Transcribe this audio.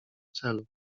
celu